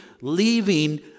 leaving